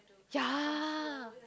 ya